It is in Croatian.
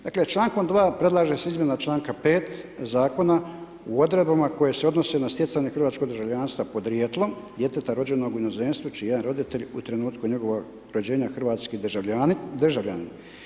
Dakle člankom 2. predlaže se izmjena članka 5. Zakona u odredbama koje se odnose na stjecanje hrvatskog državljanstva podrijetlom djeteta rođenog u inozemstvu čiji jedan roditelj u trenutku njegovog rođenja je hrvatski državljanin.